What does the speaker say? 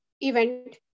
event